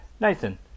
Nathan